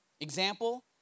Example